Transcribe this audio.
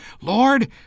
Lord